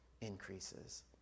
increases